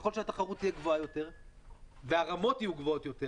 ככל שהתחרות תהיה גבוהה יותר והרמות יהיו גבוהות יותר